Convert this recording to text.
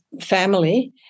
family